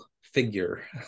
figure